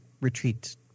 Retreat